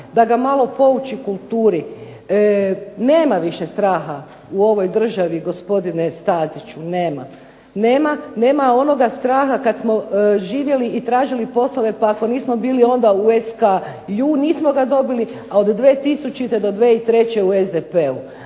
da ga malo pouči kulturi, nema više straha u ovoj državi gospodine Staziću nema. Nema onoga straha kada smo živjeli i tražili poslove pa ako nismo onda bili u SKJU nismo ga dobili a od 2000. do 2003. u SDP-u,